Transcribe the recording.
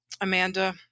Amanda